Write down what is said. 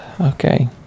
Okay